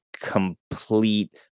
complete